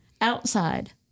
outside